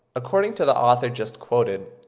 according to the author just quoted,